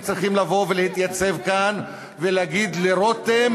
הם צריכים לבוא ולהתייצב כאן ולהגיד לרותם,